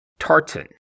Tartan